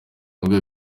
n’ubwo